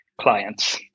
clients